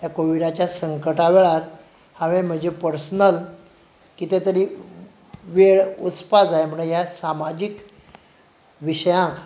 ह्या कोविडाच्या संकटा वेळार हांवें म्हजी पर्सनल कितें तरी वेळ वचपाक जाय म्हूण हे सामाजीक विशयांक